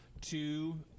two